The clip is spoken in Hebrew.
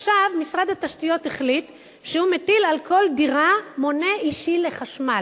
עכשיו משרד התשתיות החליט שהוא מטיל על כל דירה מונה אישי למים.